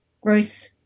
growth